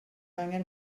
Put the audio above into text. angen